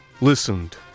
listened